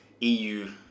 EU